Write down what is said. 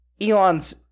Elon's